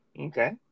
Okay